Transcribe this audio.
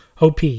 OP